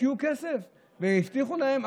השקיעו כסף והבטיחו להם,